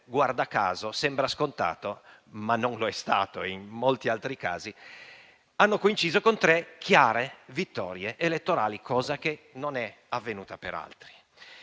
guarda caso (sembra scontato, ma non lo è stato in molti altri casi), hanno coinciso con tre chiare vittorie elettorali, cosa che non è avvenuta per altri.